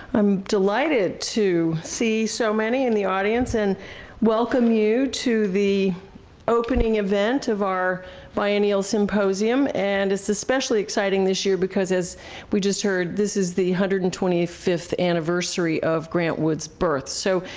i'm delighted to see so many in the audience, and welcome you to the opening event of our biennial symposium, and it's especially exciting this year because as we just heard, this is the one hundred and twenty fifth anniversary of grant wood's birth. so,